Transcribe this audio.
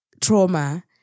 trauma